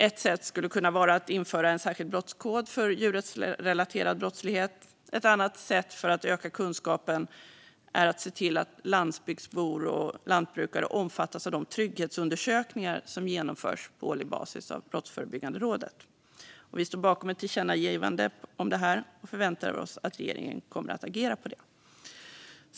Ett sätt skulle kunna vara att införa en särskild brottskod för djurrättsrelaterad brottslighet. Ett annat sätt för att öka kunskapen skulle kunna vara att se till att landsbygdsbor och lantbrukare omfattas av de trygghetsundersökningar som genomförs på årlig basis av Brottsförebyggande rådet. Vi står bakom ett tillkännagivande om detta och förväntar oss att regeringen kommer att agera på det.